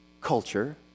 culture